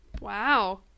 Wow